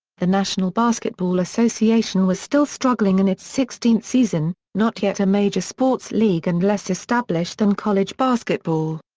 the national basketball association was still struggling in its sixteenth season, not yet a major sports league and less established than college basketball.